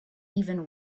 even